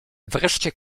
wreszcie